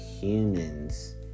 humans